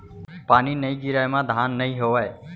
पानी नइ गिरय म धान नइ होवय